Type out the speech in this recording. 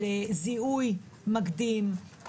על זיהוי מקדים,